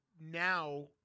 now